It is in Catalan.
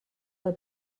del